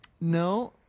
No